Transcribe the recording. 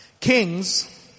kings